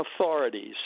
authorities